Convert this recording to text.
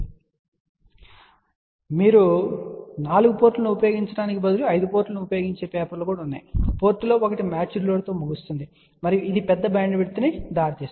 వాస్తవానికి మీకు కొంచెం సూచన ఇవ్వడానికి 4 పోర్టును ఉపయోగించటానికి బదులుగా 5 పోర్టులను ఉపయోగించే పేపర్లు ఉన్నాయి పోర్టులో ఒకటి మ్యాచ్డ్ లోడ్ తో ముగుస్తుంది మరియు ఇది పెద్ద బ్యాండ్విడ్త్కు దారితీస్తుంది